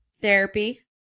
therapy